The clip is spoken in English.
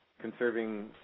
conserving